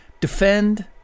Defend